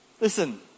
Listen